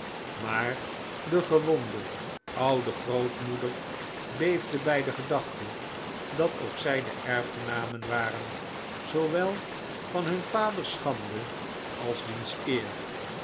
maar de gewonde oude grootmoeder beefde bij de gedachte dat ook zij de erfgenamen waren zoowel van hun vaders schande als diens eer